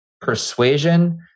persuasion